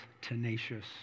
tenacious